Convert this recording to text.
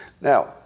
Now